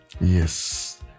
Yes